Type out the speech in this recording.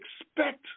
expect